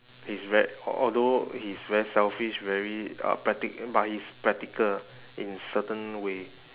he is ve~ a~ although he's very selfish very uh practic~ but he is practical in certain way